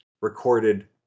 recorded